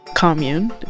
Commune